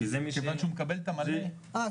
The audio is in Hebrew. מכיוון שהוא מקבל את המלא --- אה,